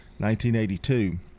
1982